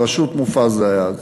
בראשות מופז זה היה.